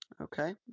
Okay